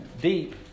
deep